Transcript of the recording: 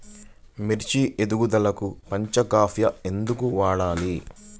మిర్చి ఎదుగుదలకు పంచ గవ్య ఎందుకు వాడాలి?